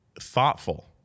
thoughtful